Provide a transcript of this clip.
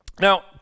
Now